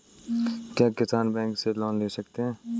क्या किसान बैंक से लोन ले सकते हैं?